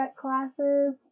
classes